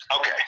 Okay